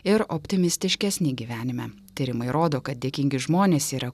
ir optimistiškesni gyvenime tyrimai rodo kad dėkingi žmonės yra